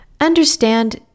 Understand